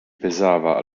pesava